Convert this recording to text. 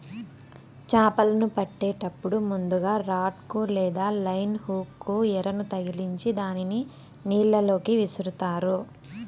చాపలను పట్టేటప్పుడు ముందుగ రాడ్ కు లేదా లైన్ హుక్ కు ఎరను తగిలిచ్చి దానిని నీళ్ళ లోకి విసురుతారు